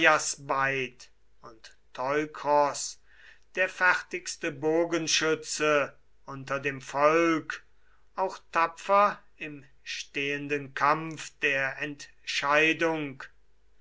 und teukros der fertigste bogenschütze unter dem volk auch tapfer im stehenden kampf der entscheidung